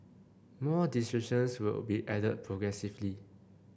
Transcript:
more descriptions will be added progressively